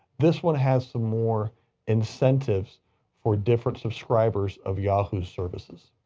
this one has some more incentives for different subscribers of yahoo services.